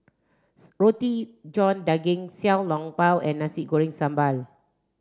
Roti John Daging Xiao Long Bao and Nasi Goreng Sambal